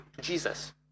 Jesus